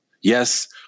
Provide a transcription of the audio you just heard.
Yes